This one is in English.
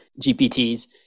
GPTs